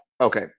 Okay